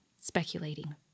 speculating